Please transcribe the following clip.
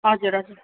हजुर हजुर